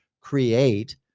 create